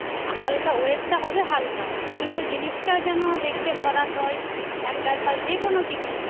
হ্যাঁ হালকা ওয়েটটা হবে হালকা কিন্তু জিনিসটা যেন দেখতে ভরাট হয় একটা তার যে কোনো কিছু